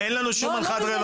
לא, לא, אין אנחת רווחה.